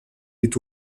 est